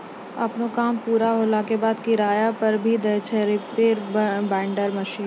आपनो काम पूरा होला के बाद, किराया पर भी दै छै रीपर बाइंडर मशीन